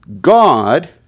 God